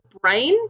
brain